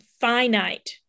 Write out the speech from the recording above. finite